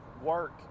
work